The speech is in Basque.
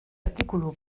artikulu